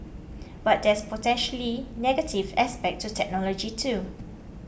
but there's potentially negative aspect to technology too